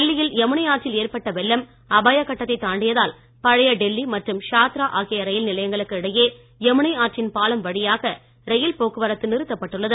டெல்லியில் யமுனை ஆற்றில் ஏற்பட்டுள்ள வெள்ளம் அபாய கட்டத்தை தாண்டியதால் பழைய டெல்லி மற்றும் ஷாத்ரா ஆகிய ரயில்நிலையங்களுக்கு இடையே யமுனை ஆற்றின் பாலம் வழியாக ரயில் போக்குவரத்து நிறுத்தப்பட்டுள்ளது